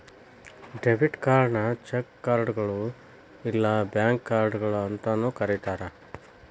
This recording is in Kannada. ಡೆಬಿಟ್ ಕಾರ್ಡ್ನ ಚೆಕ್ ಕಾರ್ಡ್ಗಳು ಇಲ್ಲಾ ಬ್ಯಾಂಕ್ ಕಾರ್ಡ್ಗಳ ಅಂತಾನೂ ಕರಿತಾರ